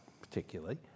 particularly